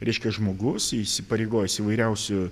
reiškia žmogus įsipareigojęs įvairiausių